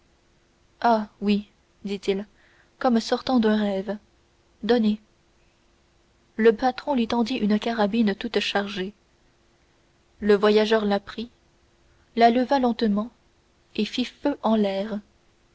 ah oui dit-il comme sortant d'un rêve donnez le patron lui tendit une carabine toute chargée le voyageur la prit la leva lentement et fit feu en l'air